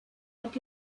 had